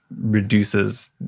reduces